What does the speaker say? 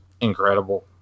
incredible